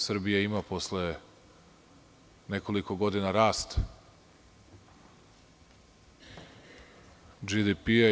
Srbija ima posle nekoliko godina rast DžDP.